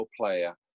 player